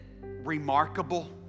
remarkable